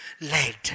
led